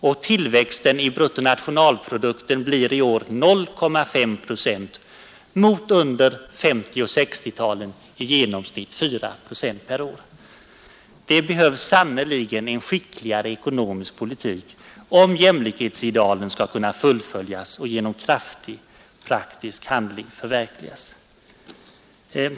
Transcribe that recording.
Och tillväxten i bruttonationalprodukten blir i år 0,5 procent mot genomsnitt 4 procent per år under 1950 och 1960-talen. Det behövs sannerligen en skickligare ekonomisk politik om jämlikhetsidealen skall kunna fullföljas och genom kraftig praktisk handling förverkligas.